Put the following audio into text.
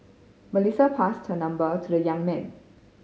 Melissa passed her number to the young man